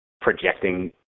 projecting